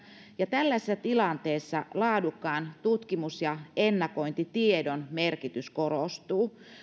tällaisessa tilanteessa laadukkaan tutkimus ja ennakointitiedon merkitys korostuu